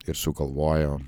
ir sugalvojo